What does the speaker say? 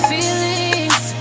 Feelings